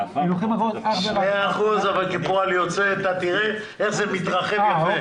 שני אחוזים אבל כפועל יוצא אתה תראה איך זה מתרחב יותר.